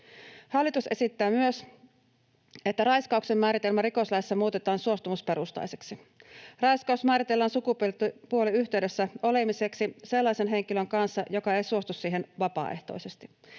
Hallitus esittää myös, että raiskauksen määritelmä rikoslaissa muutetaan suostumusperustaiseksi. Raiskaus määritellään sukupuoliyhteydessä olemiseksi sellaisen henkilön kanssa, joka ei suostu siihen vapaaehtoisesti.